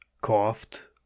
coughed